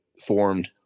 formed